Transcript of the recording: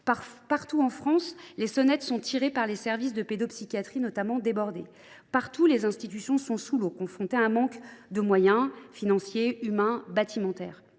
Partout en France, les sonnettes sont tirées par les services de pédopsychiatrie, débordés. Partout, les institutions sont sous l’eau, confrontées à un manque de moyens financiers, humains, bâtimentaires.